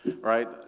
Right